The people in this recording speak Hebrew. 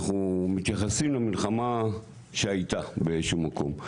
אנחנו מתייחסים למלחמה שהייתה באיזשהו מקום.